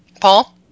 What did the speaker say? paul